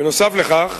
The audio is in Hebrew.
בנוסף לכך,